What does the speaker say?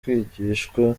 kwigishwa